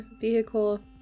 vehicle